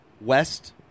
west